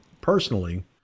personally